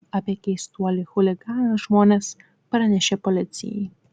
apie keistuolį chuliganą žmonės pranešė policijai